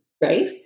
right